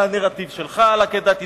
זה הנרטיב שלך על עקדת יצחק,